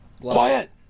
Quiet